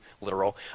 literal